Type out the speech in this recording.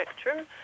spectrum